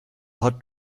hot